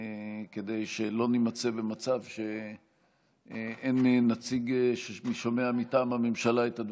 כדי שלא נימצא במצב שאין נציג ששומע את הדברים מטעם הממשלה.